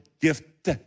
gift